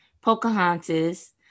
pocahontas